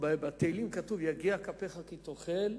בתהילים כתבו: יגיע כפיך כי תאכל,